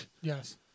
Yes